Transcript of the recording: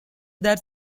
that